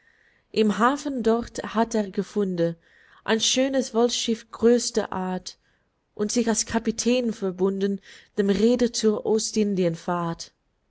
im hafen dort hatt er gefunden ein schönes vollschiff größter art und sich als kapitän verbunden dem rheder zur